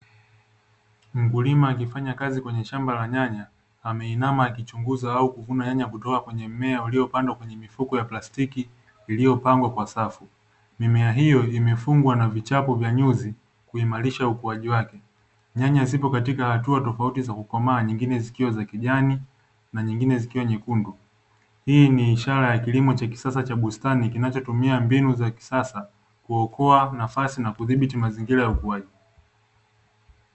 Mkulima akifanya kazi kwenye shamba la nyanya ameinama akichunguza au kuvuna nyanya kutoka kwenye mmea uliyopandwa kwenye mifuko ya plastiki iliyopangwa kwa safu. Mimea hiyo imefungwa na vichapo vya nyuzi kuimarisha ukuaji wake. Nyanya zipo katika hatua tofauti za kukomaa nyingine zikiwa za kijani na nyingine zikiwa nyekundu. Hii ni ishara ya kilimo cha kisasa cha bustani kinachotumia mbinu za kisasa kuokoa nafasi na kudhibiti mazingira ya ukuaji.